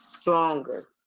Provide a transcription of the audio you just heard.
stronger